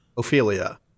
Ophelia